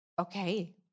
okay